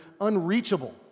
unreachable